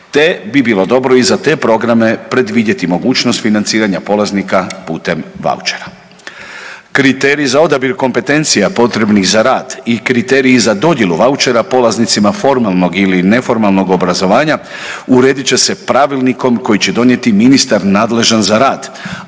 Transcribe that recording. te bi bilo dobro i za te programe predvidjeti mogućnost financiranja polaznika putem vaučera. Kriterij za odabir kompetencija potrebnih za rad i kriteriji za dodjelu vaučera polaznicima formalnog ili neformalnog obrazovanja uredit će se pravilnikom koji će donijeti ministar nadležan za rad,